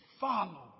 follow